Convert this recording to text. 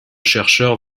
chercheurs